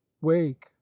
wake